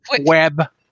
web